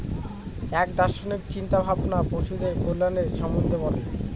এক দার্শনিক চিন্তা ভাবনা পশুদের কল্যাণের সম্বন্ধে বলে